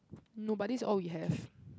no but this all we have